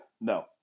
No